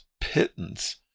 pittance